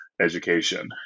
education